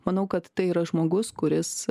manau kad tai yra žmogus kuris